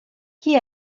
chi